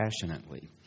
passionately